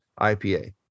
IPA